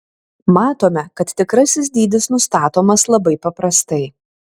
matome kad tikrasis dydis nustatomas labai paprastai